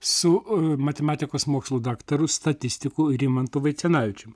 su matematikos mokslų daktaru statistiku rimantu vaicenavičium